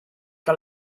que